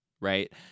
Right